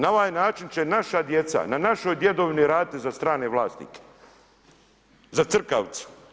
Na ovaj način će naša djeca, na našoj djedovini raditi za strane vlasnike, za crkavicu.